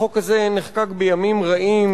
החוק הזה נחקק בימים רעים,